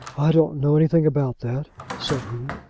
i don't know anything about that, said he.